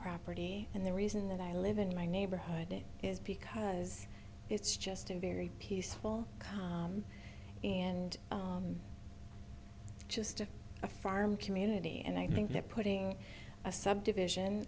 property and the reason that i live in my neighborhood is because it's just a very peaceful and just a farm community and i think that putting a subdivision